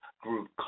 group